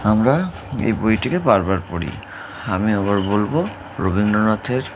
আমরা এই বইটিকে বারবার পড়ি আমি আবার বলবো রবীন্দ্রনাথের